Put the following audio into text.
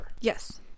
yes